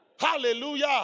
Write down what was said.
Hallelujah